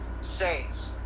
Saints